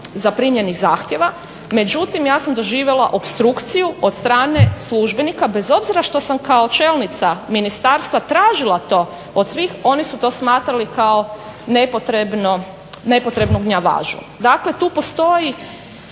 zaprimljenih zahtjeva međutim ja sam doživjela opstrukciju od strane službenika bez obzira što sam kao čelnica ministarstva tražila to od svih oni su to smatrali kao nepotrebnu gnjavažu. Dakle, tu postoji